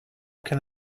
can